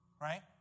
Right